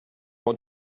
want